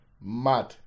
Mad